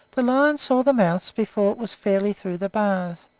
the lion saw the mouse before it was fairly through the bars,